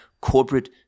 corporate